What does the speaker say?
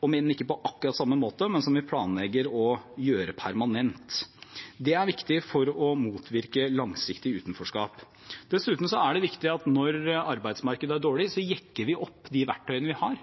om enn ikke på akkurat samme måte – vi planlegger å gjøre permanent. Det er viktig for å motvirke langsiktig utenforskap. Dessuten er det viktig at vi når arbeidsmarkedet er dårlig, jekker opp de verktøyene vi har: